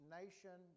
nation